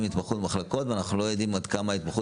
התמחות במחלקות ואנחנו לא יודעים עד כמה ההתמחות,